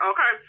Okay